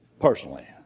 Personally